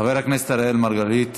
חבר הכנסת אראל מרגלית,